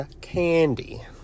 candy